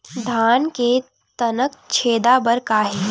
धान के तनक छेदा बर का हे?